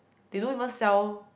they don't even sell